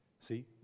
See